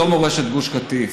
זו מורשת גוש קטיף.